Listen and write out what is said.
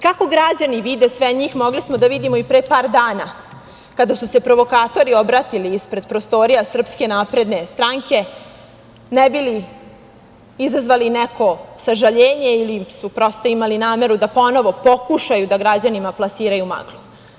Kako građani vide sve njih mogli smo da vidimo i pre par dana, kada su se provokatori obratili ispred prostorija Srpske napredne stranke, ne bi li izazvali neko sažaljenje ili su prosto imali nameru da ponovo pokušaju da građanima plasiraju maglu.